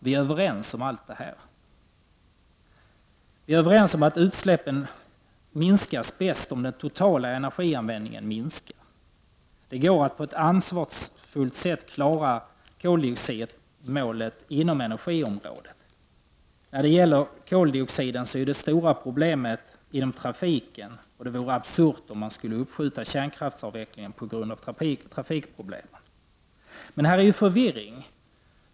Vi är överens om allt detta. Och vi är överens om att utsläppen minskas bäst om den totala energianvändningen minskar. Det går att på ett ansvarsfullt sätt klara koldioxidmålet inom energiområdet. När det gäller koldioxiden finns det stora problemet inom trafiken, och det vore absurt om man skulle uppskjuta kärnkraftsavvecklingen på grund av trafikproblemen. Men här råder ju förvirring.